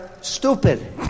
stupid